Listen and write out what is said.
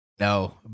no